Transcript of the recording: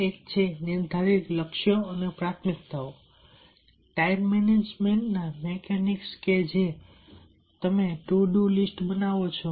એક છે નિર્ધારિત લક્ષ્યો અને પ્રાથમિકતાઓ ટાઈમ મેનેજમેન્ટના મિકેનિક્સ કે જે તમે ટુ ડુ લિસ્ટ બનાવો છો